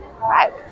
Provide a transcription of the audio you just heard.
Right